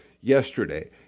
yesterday